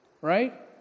right